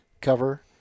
cover